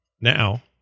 Now